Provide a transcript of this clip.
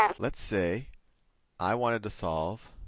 let's say i wanted to solve